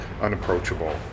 unapproachable